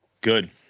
Good